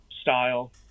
style